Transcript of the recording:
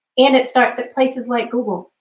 and it starts at places like google.